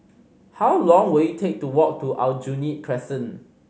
how long will it take to walk to Aljunied Crescent